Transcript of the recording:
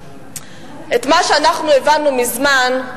את מה שהבנו מזמן,